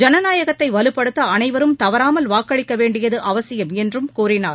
ஜனநாயகத்தை வலுப்படுத்த அனைவரும் தவறாமல் வாக்களிக்க வேண்டியது அவசியம் என்றும் கூறினார்